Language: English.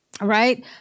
Right